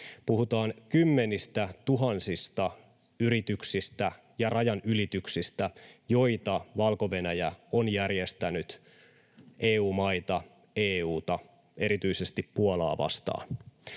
Puhutaan kymmenistätuhansista yrityksistä ja rajanylityksistä, joita Valko-Venäjä on järjestänyt EU-maita, EU:ta ja erityisesti Puolaa vastaan.